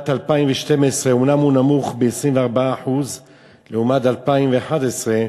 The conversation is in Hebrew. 2012 אומנם הוא נמוך ב-24% לעומת 2011,